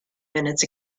minutes